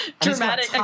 Dramatic